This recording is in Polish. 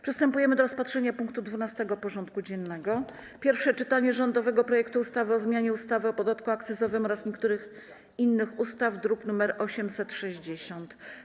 Przystępujemy do rozpatrzenia punktu 12. porządku dziennego: Pierwsze czytanie rządowego projektu ustawy o zmianie ustawy o podatku akcyzowym oraz niektórych innych ustaw (druk nr 860)